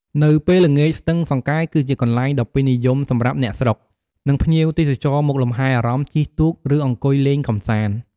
នៅពេលល្ងាច ស្ទឹងសង្កែគឺជាកន្លែងដ៏ពេញនិយមសម្រាប់អ្នកស្រុក និងភ្ញៀវទេសចរមកលំហែអារម្មណ៍ ជិះទូក ឬអង្គុយលេងកម្សាន្ត។